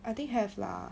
I think have lah